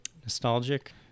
Nostalgic